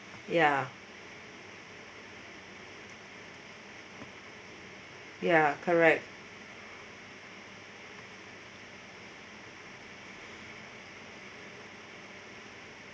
ya ya correct